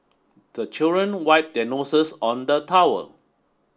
the children wipe their noses on the towel